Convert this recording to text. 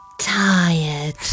tired